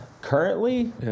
Currently